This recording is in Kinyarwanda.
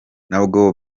nabwo